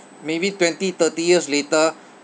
maybe twenty thirty years later